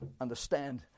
understand